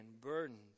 burdened